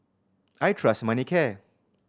I trust Manicare